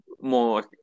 more